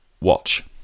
Watch